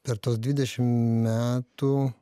per tuos dvidešim metų